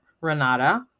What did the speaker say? Renata